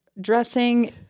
dressing